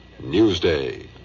Newsday